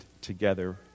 together